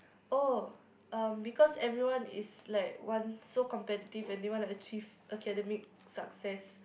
oh um because everyone is like want so competitive and they want to achieve academic success